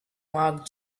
mark